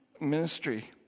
ministry